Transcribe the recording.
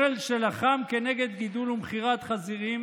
ברל, שלחם כנגד גידול ומכירת חזירים,